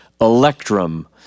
electrum